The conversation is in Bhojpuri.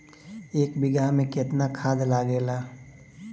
एक बिगहा में केतना खाद लागेला?